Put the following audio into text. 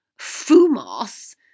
Fumas